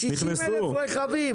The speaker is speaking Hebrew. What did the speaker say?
70,000 רכבים.